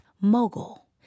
mogul